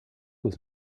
was